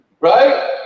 right